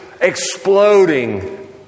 Exploding